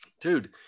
Dude